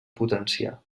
potenciar